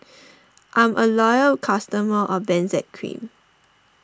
I'm a loyal customer of Benzac Cream